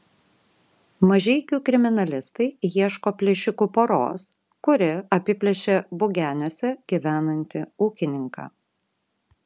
mažeikių kriminalistai ieško plėšikų poros kuri apiplėšė bugeniuose gyvenantį ūkininką